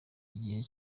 igihe